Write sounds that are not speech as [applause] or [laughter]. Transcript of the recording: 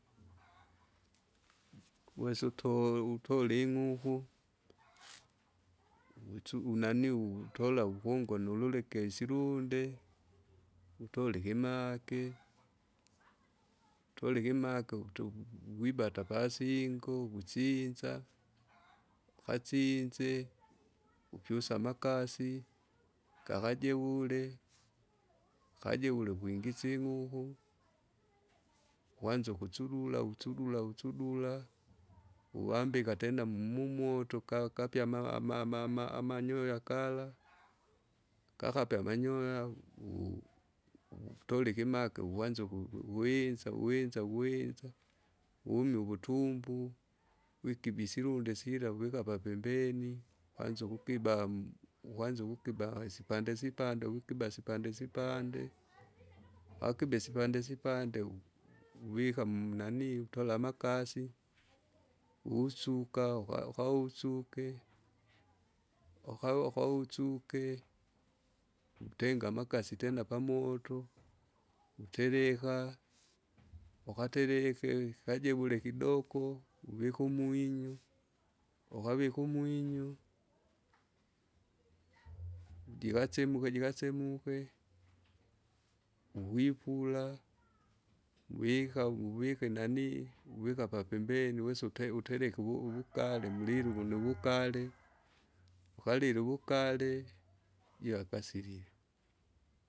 [noise] wesa uto- utole ing'uku, [noise] [noise] wisa unani [noise] utola ukungona ululekesi lunde. Utola ikimagi [noise] [noise] utola ikimagi uti uwibata [noise] pasingo wusinza, [noise] kwasinze, [noise] upyusa amakasi [noise] [noise] gakajewule [noise] kajeule kwingisa ing'uku [noise] kuanza ukuchurura uchudura uchudura, [noise] uwambika tena mumumoto ka- kapya ama- ama- ama- amanyoya gala, [noise] gakapya amanyoya u- utola ikimagi uanze uku- winza uwunza uwinza. Umie uvutumbu, wikiba isirundi sila uvika papembeni, kwanza ukukibam ukuanza ukukiba isipande sipande wikiba sipande sipande [noise] wakiba isipande sipande [noise] uwika mu nani utola amakasi, [noise] usuka ukau- ukausuke, utenga amakasi tena pamoto, [noise] utereka [noise] ukatereke kajewule kidoko, uvika umwinyo, ukavika umwinyo [noise] jikachemuke jikachemuke, uwipila, uvika uvika inanii [noise] uvika papembeni, uwesa ute- utereke uvu- uvugale [noise] mulile uwunuwugali, ukalile uwugali, jia akasilile.